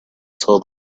saw